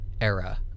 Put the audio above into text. era